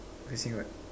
facing what